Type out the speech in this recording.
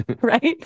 right